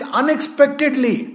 unexpectedly